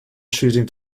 shooting